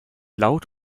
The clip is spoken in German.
laut